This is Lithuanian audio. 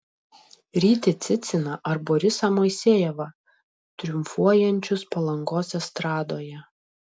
rytį ciciną ar borisą moisejevą triumfuojančius palangos estradoje